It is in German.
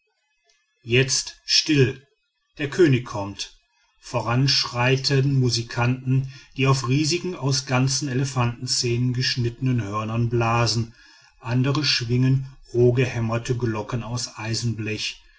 jetzt still der könig kommt voran schreiten musikanten die auf riesigen aus ganzen elefantenzähnen geschnitten hörnern blasen andere schwingen roh gehämmerte glocken aus eisenblech